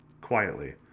quietly